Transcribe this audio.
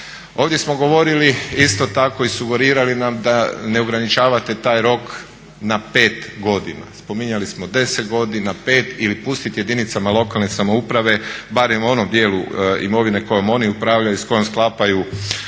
Ovdje smo govorili isto tako i sugerirali da ne ograničavate taj rok na 5 godina. Spominjali smo 10 godina, 5 ili pustiti jedinicama lokalne samouprave barem u onom dijelu imovine kojom oni upravljaju i s kojom sklapaju